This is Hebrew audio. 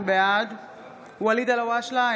בעד ואליד אלהואשלה,